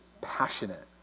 passionate